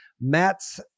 Matt's